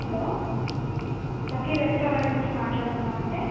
hello Lucky restaurant నుంచి మాట్లాడుతున్నాను అండి